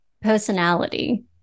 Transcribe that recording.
personality